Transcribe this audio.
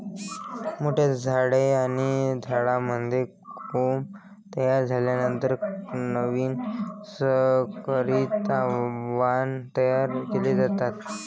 मोठ्या झाडे आणि झाडांमध्ये कोंब तयार झाल्यानंतर नवीन संकरित वाण तयार केले जातात